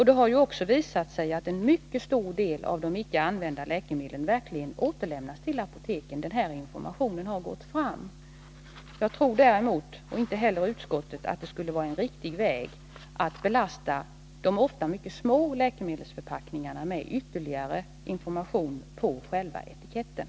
Det har ju också visat sig att en mycket stor del av de icke använda läkemedlen verkligen återlämnas till apoteken. Denna information har alltså gått fram. Jag tror däremot inte — det gör inte heller utskottet — att det skulle vara en riktig väg att belasta de ofta mycket små läkemedelsförpackningarna med ytterligare information på själva etiketten.